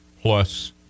plus